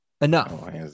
enough